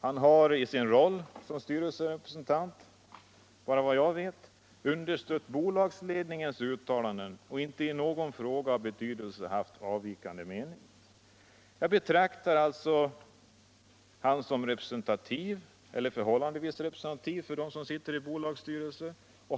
Han har i sin roll som styrelserepresentant — såvitt jag vet — understött bolagsledningens uttalanden och inte i någon fråga av betydelse haft avvikande mening. Jag betraktar honom som representativ, eller förhållandevis representativ, för dem som sitter i bolagsstyrelsen.